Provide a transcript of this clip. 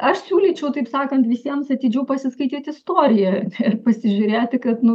aš siūlyčiau taip sakant visiems atidžiau pasiskaityt istoriją ir pasižiūrėti kad nu